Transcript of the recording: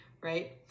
right